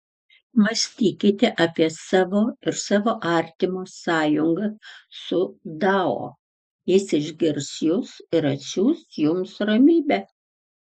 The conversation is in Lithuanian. mąstykite apie savo ir savo artimo sąjungą su dao jis išgirs jus ir atsiųs jums ramybę